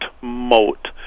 moat